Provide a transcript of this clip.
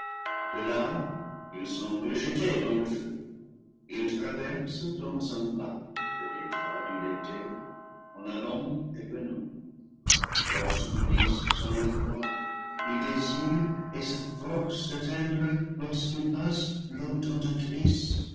de là ils sont rejetés dans le feu ils traversent dans un bac le détroit du léthé en allant et venant leur supplice s'en accroît ils désirent et s'efforcent d'atteindre lorsqu'ils passent l'eau tentatrice